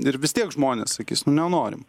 ir vis tiek žmonės sakys nu nenorim